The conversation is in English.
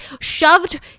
shoved